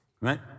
right